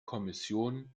kommission